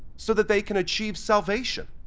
so that they can achieve salvation.